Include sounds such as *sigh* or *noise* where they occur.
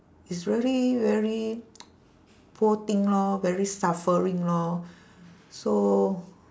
it's really very *noise* poor thing lor very suffering lor so